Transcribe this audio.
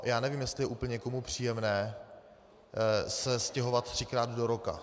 Já nevím, jestli je úplně někomu příjemné se stěhovat třikrát do roka.